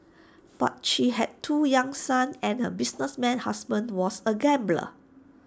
but she had two young sons and her businessman husband was A gambler